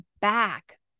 back